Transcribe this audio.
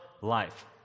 life